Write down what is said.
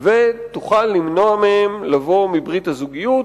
שהמדינה זכאית למנוע מהם לבוא בברית הזוגיות